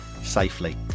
safely